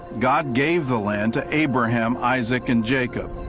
god gave the land to abraham, isaac, and jacob,